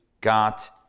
got